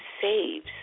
saves